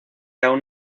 aún